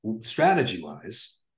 strategy-wise